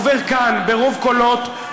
עובר כאן ברוב קולות,